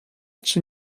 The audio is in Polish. czy